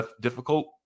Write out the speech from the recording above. difficult